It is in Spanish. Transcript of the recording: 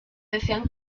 decían